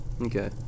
Okay